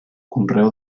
conreu